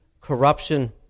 corruption